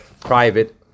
private